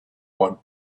one